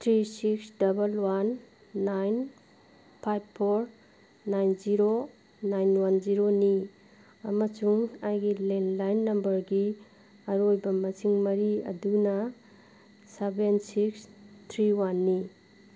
three six double one nine five four nine zero nine one ꯖꯤꯔꯣꯅꯤ ꯑꯃꯁꯨꯡ ꯑꯩꯒꯤ landline ꯅꯝꯕꯔꯒꯤ ꯑꯔꯣꯏꯕ ꯃꯁꯤꯡ ꯃꯔꯤ ꯑꯗꯨꯅ ꯁꯕꯦꯟ ꯁꯤꯛꯁ ꯊ꯭ꯔꯤ ꯋꯥꯟꯅꯤ